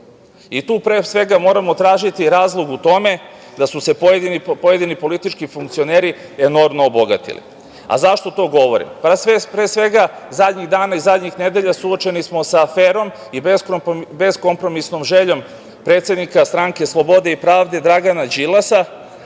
i tu pre svega moramo tražiti razlog u tome da su se pojedini politički funkcioneri enormno obogatili. Zašto to govorim? Pre svega, zadnjih dana i zadnjih nedelja suočeni smo sa aferom i beskompromisnom željom predsednika Stranke slobode i pravde Dragana Đilasa